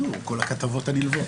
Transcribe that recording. ולכתבות הנלוות.